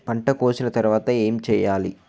పంట కోసిన తర్వాత ఏం చెయ్యాలి?